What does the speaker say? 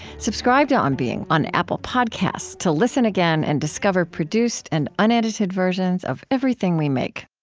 subscribe to on being on apple podcasts to listen again and discover produced and unedited versions of everything we make